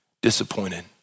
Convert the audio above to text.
disappointed